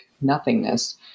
nothingness